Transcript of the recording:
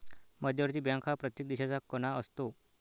मध्यवर्ती बँक हा प्रत्येक देशाचा कणा असतो